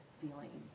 feeling